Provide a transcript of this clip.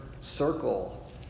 circle